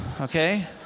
okay